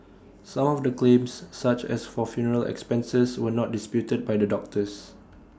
some of the claims such as for funeral expenses were not disputed by the doctors